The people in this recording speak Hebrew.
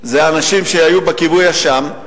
זה האנשים שהיו בכיבוי אש שם,